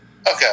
Okay